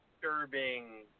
disturbing